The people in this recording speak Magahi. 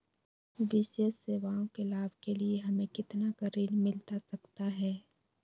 विशेष सेवाओं के लाभ के लिए हमें कितना का ऋण मिलता सकता है?